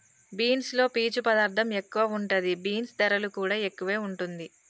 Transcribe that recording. beans లో పీచు పదార్ధం ఎక్కువ ఉంటది, బీన్స్ ధరలు కూడా ఎక్కువే వుంటుంది